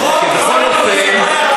לא, איך חוק כזה יכול לטפל בגזענות?